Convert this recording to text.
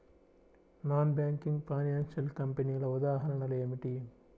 Non banking financial కంపెనీల ఉదాహరణలు ఏమిటి?